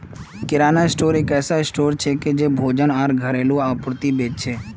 किराना store एक ऐसा store छिके जे भोजन आर घरेलू आपूर्ति बेच छेक